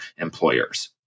employers